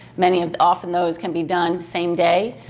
many often those can be done same day.